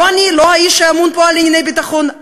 לא האיש שאמון פה על ענייני ביטחון,